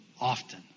often